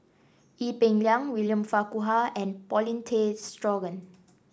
Ee Peng Liang William Farquhar and Paulin Tay Straughan